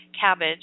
cabbage